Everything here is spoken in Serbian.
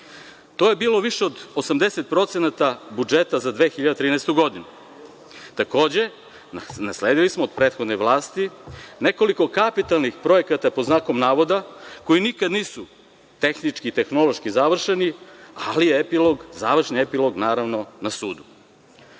To je bilo više od 80% budžeta za 2013. godinu. Takođe, nasledili smo od prethodne vlasti nekoliko kapitalnih projekata, pod znakom navoda, koji nikada nisu tehnički i tehnološki završeni, ali je završni epilog naravno na